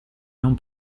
non